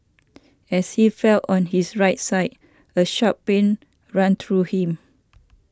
as he fell on his right side a sharp pain ran through him